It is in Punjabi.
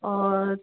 ਔਰ